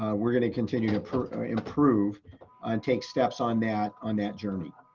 we're gonna continue to improve and take steps on that on that journey.